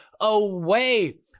away